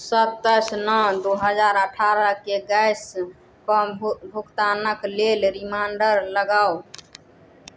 सताइस नओ दुइ हजार अठारहके गैसके भुगतानके लेल रिमाइण्डर लगाउ